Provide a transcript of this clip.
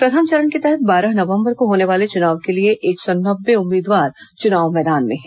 प्रथम चरण के तहत बारह नवम्बर को होने वाले चुनाव के लिए एक सौ नब्बे उम्मीदवार चुनाव मैदान में हैं